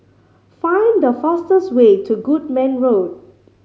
find the fastest way to Goodman Road